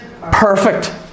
perfect